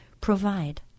provide